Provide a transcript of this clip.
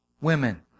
women